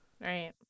Right